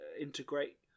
integrate